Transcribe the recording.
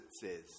says